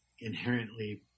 inherently